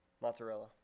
Mozzarella